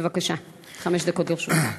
בבקשה, חמש דקות לרשותך.